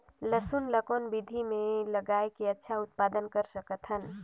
लसुन ल कौन विधि मे लगाय के अच्छा उत्पादन कर सकत हन?